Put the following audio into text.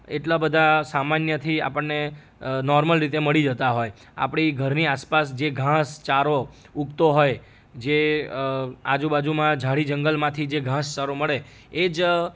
એટલા બધા સામાન્યથી આપણને નોર્મલ રીતે મળી જતાં હોય આપણી ઘરની આસપાસ જે ઘાસ ચારો ઊગતો હોય જે આજુ બાજુમાં ઝાડી જંગલમાંથી જે ઘાસચારો મળે એ જ